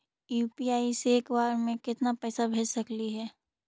UPI से एक बार मे केतना पैसा भेज सकली हे?